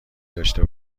داشته